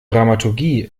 dramaturgie